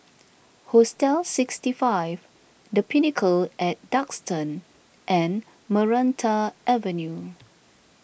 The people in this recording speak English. Hostel sixty five the Pinnacle at Duxton and Maranta Avenue